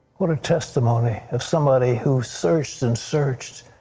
what a testimony of somebody who searched and searched.